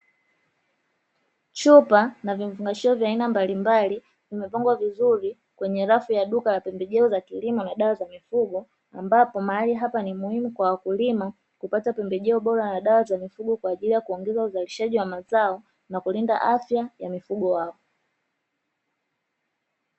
Chupa na vifungashio vya aina mbalimbali vimepangwa vizuri kwenye rafu ya duka la pembejeo za kilimo na dawa za mifugo, ambapo mahali hapa ni muhimu kwa wakulima kupata pembejeo bora na dawa za mifugo kwaajili ya kuongeza uzalishaji wa mazao na kulinda afya ya mifugo yao.